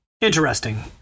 Interesting